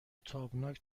تابناک